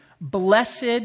Blessed